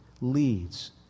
leads